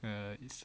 uh it's